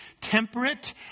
temperate